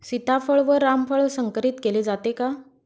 सीताफळ व रामफळ संकरित केले जाते का?